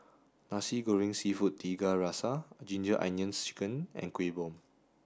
nasi goreng seafood Tiga Rasa ginger onions chicken and Kuih Bom